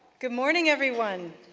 good morning, everyone.